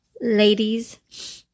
ladies